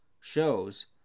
shows